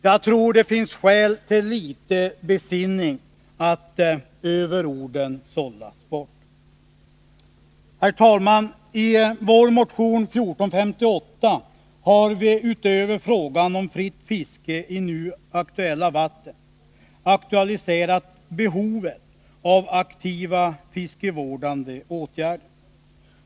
Jag tror att det finns skäl till litet besinning — överorden bör sållas bort. Herr talman! I vår motion 1981/82:1458 har vi, utöver frågan om fritt fiske i 1.. aktuella vatten, aktualiserat behovet av aktiva fiskevårdande åtgärder.